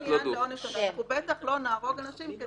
זה עניין העונש אבל אנחנו בטח לא נהרוג אנשים כי